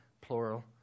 plural